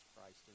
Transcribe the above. Christ